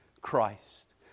Christ